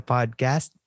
Podcast